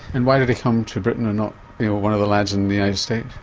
and why did he come to britain and not one of the labs in the united states?